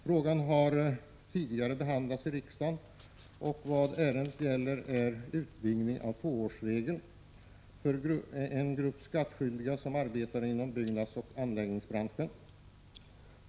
Frågan har tidigare behandlats av riksdagen och ärendet gäller utvidgning av tvåårsregeln, som nu gäller en grupp skattskyldiga som arbetar inom byggnadsoch anläggningsbranschen.